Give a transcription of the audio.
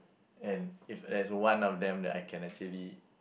and if there's one of them that I can actually